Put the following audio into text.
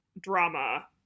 drama